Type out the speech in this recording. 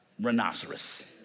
Rhinoceros